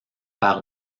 par